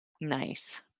Nice